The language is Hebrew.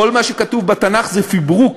כל מה שכתוב בתנ"ך זה פברוק